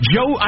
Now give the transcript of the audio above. Joe